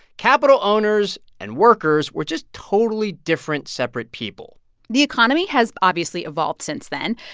capital owners and workers were just totally different, separate people the economy has obviously evolved since then.